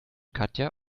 katja